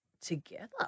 together